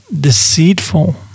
deceitful